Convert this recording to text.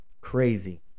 Crazy